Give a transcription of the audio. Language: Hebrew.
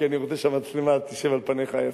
כי אני רוצה שהמצלמה תשב על פניך היפים.